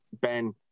Ben